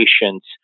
patients